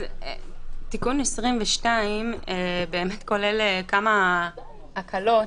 תיקון 22 כולל כמה הקלות,